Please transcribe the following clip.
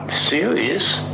Serious